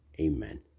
Amen